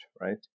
right